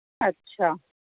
अच्छा